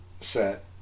set